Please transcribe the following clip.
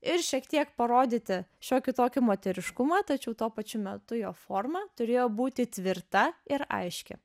ir šiek tiek parodyti šiokį tokį moteriškumą tačiau tuo pačiu metu jo forma turėjo būti tvirta ir aiški